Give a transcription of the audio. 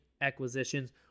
acquisitions